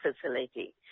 facility